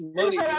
money